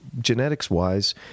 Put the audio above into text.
genetics-wise